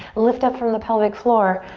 lift up from the pelvic floor,